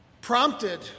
prompted